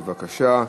בבקשה.